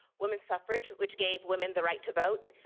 women's suffrage which gave women the right to vote.